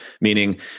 Meaning